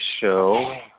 show